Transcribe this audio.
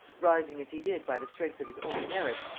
rising as he did by the strength of his own merits,